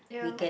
yeah